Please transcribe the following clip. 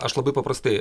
aš labai paprastai